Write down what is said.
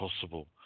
possible